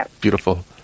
Beautiful